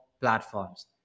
platforms